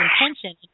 intention